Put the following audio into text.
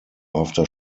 after